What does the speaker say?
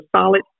solid